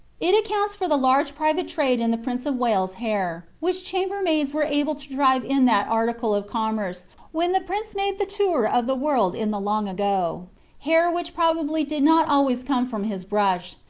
it accounts for the large private trade in the prince of wales's hair, which chambermaids were able to drive in that article of commerce when the prince made the tour of the world in the long ago hair which probably did not always come from his brush,